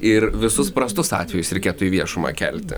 ir visus prastus atvejus reikėtų į viešumą kelti